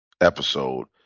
episode